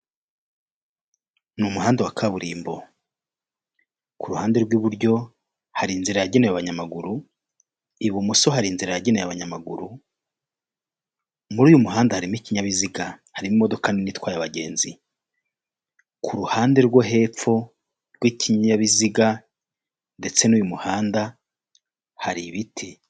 Ni umuhanda wa kaburimbo, ku ruhande rw'iburyo hari inzira yagenewe abanyamaguru, ibumoso hari inzira yagenewe abanyamaguru, muri uyu muhanda harimo ikinyabiziga, hari imodoka nini itwaye abagenzi, ku ruhande rwo hepfo rw'ikinyabiziga ndetse n'uyu muhanda hari ibiti.